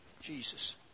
Jesus